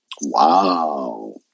Wow